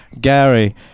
Gary